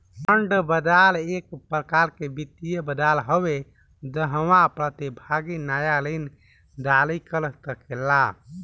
bond बाजार एक प्रकार के वित्तीय बाजार हवे जाहवा प्रतिभागी नाया ऋण जारी कर सकेला